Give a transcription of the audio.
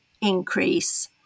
increase